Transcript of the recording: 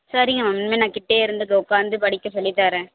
சரிங்க மேம் இனிமேல் நான் கிட்டையே இருந்து உட்காந்து படிக்க சொல்லித்தரேன்